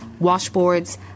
washboards